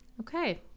Okay